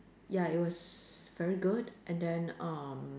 ya it was very good and then um